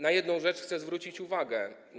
Na jedną rzecz chcę zwrócić uwagę.